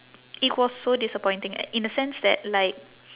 it was so disappointing i~ in a sense that like